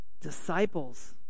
disciples